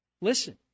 Listen